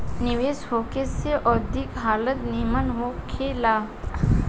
निवेश होखे से औद्योगिक हालत निमन होखे ला